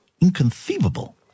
Inconceivable